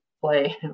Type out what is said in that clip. play